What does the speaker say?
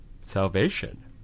salvation